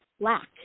lack